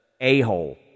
a-hole